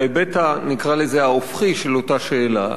להיבט, נקרא לזה ה"הופכי" של אותה שאלה.